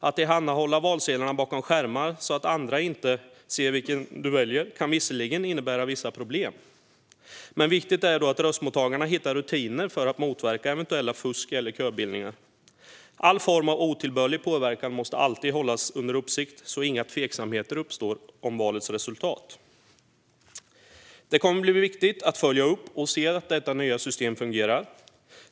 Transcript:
Att tillhandahålla valsedlarna bakom skärmar, så att andra inte ser vilken du väljer, kan visserligen innebära vissa problem, men viktigt är då att röstmottagarna hittar rutiner för att motverka eventuellt fusk eller köbildningar. När det gäller all form av otillbörlig påverkan måste man alltid hålla uppsikt så att inga tveksamheter uppstår om valets resultat. Det kommer att bli viktigt att följa upp detta nya system och se att det fungerar.